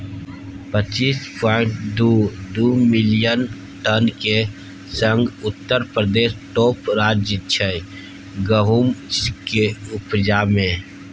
पच्चीस पांइट दु दु मिलियन टनक संग उत्तर प्रदेश टाँप राज्य छै गहुमक उपजा मे